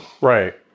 right